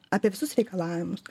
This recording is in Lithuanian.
apie visus reikalavimus